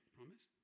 Promise